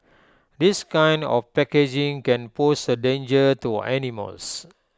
this kind of packaging can pose A danger to animals